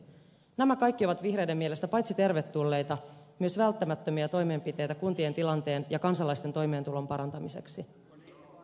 nämä kaikki ovat vihreiden mielestä paitsi tervetulleita myös välttämättömiä toimenpiteitä kuntien tilanteen ja kansalaisten toimeentulon parantamiseksi